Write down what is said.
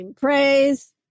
Praise